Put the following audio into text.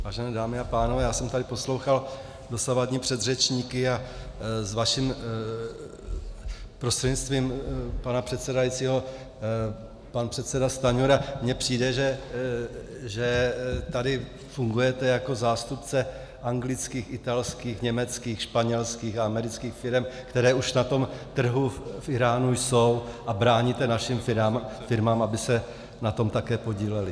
Vážené dámy a pánové, já jsem tady poslouchal dosavadní předřečníky a vaším prostřednictvím, pana předsedajícího, pan předseda Stanjura mně to přijde, že tady fungujete jako zástupce anglických, italských, německých, španělských a amerických firem, které už na tom trhu v Íránu jsou, a bráníte našim firmám, aby se na tom také podílely.